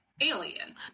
alien